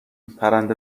پرنده